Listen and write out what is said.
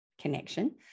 connection